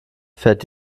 fährt